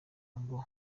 ngo